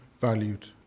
valued